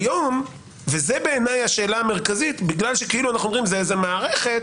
זה בעיניי השאלה המרכזית כי אנו אומרים זו מערכת,